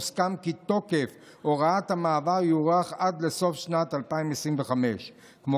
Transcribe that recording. הוסכם כי תוקף הוראת המעבר יוארך עד לסוף שנת 2025. כמו